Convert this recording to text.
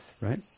right